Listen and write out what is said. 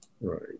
Right